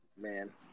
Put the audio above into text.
Man